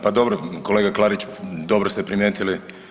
Pa dobro, kolega Klariću, dobro ste primijetili.